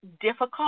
difficult